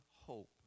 hope